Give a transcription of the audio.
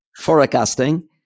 forecasting